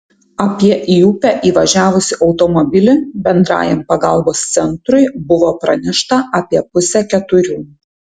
apie į upę įvažiavusį automobilį bendrajam pagalbos centrui buvo pranešta apie pusę keturių